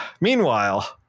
Meanwhile